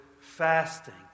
fasting